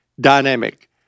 dynamic